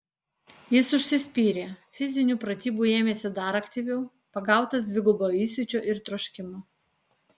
jis užsispyrė fizinių pratybų ėmėsi dar aktyviau pagautas dvigubo įsiūčio ir troškimo